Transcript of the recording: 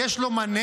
"יש לו מנה,